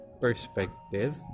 perspective